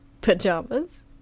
pajamas